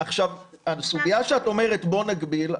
הסוגיה שאת אומרת: בואו נגביל,